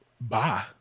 Bye